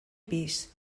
pis